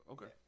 Okay